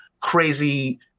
crazy